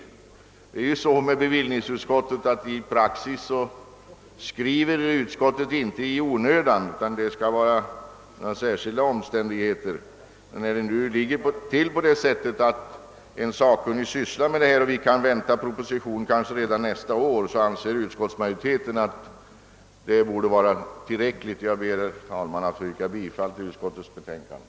Enligt praxis skriver inte bevillningsutskottet någonting i onödan, utan det måste föreligga särskilda omständigheter, och när en sakkunnig nu sysslar med den här frågan och vi kanske kan vänta oss en proposition redan nästa år tycker utskottsmajoriteten att detta är tillräckligt. Herr talman! Jag ber att få yrka bifall till utskottets hemställan.